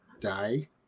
die